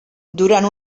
durant